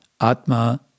atma